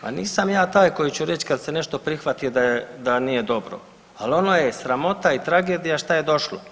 Pa nisam ja taj koji će reći kad se nešto prihvati da nije dobro, ali ono je sramota i tragedija šta je došlo.